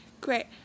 great